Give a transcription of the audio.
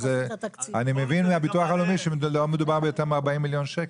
אני מבין מהביטוח הלאומי שלא מדובר ביותר מ-40 מיליון שקל.